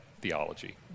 theology